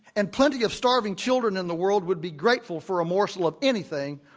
and plenty of starving children in the world would be grateful for a morsel of anything,